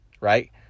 right